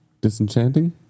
Disenchanting